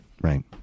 Right